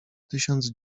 tysiąc